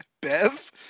Bev